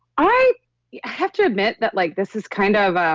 i have to admit that like this is kind of.